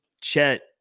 Chet